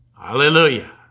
Hallelujah